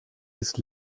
ist